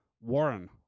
Warren